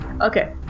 Okay